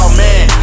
man